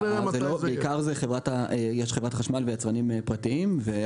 בעיקר יש את חברת החשמל והיצרנים הפרטיים.